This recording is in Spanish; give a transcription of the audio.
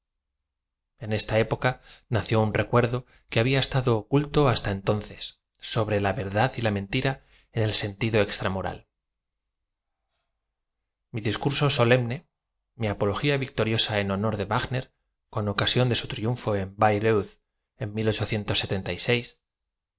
en esta época nació un recuerdo que había estado oculto hasta entonces sobre la verdad y la mentira en el entido exira m or ah mi discurso solemne m i apologia victoriosa en honor de w agn er con ocasión de su triunfo de bay reuth en